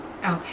okay